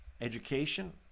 education